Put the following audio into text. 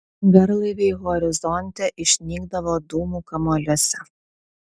garlaiviai horizonte išnykdavo dūmų kamuoliuose